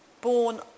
born